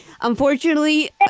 Unfortunately